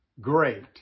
Great